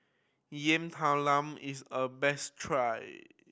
Yam Talam is a best try